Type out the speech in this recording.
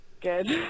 Good